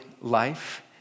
life